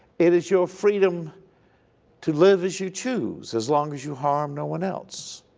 it is your freedom to live as you choose as long as you harm no one else.